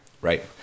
right